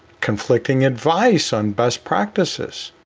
conflicting advice on best practices.